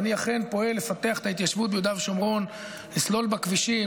אני אכן פועל לפתח את ההתיישבות ביהודה ושומרון: לסלול בה כבישים,